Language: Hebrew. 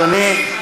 אדוני,